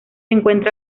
encuentra